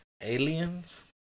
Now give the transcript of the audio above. aliens